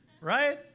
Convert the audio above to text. right